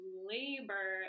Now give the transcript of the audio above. labor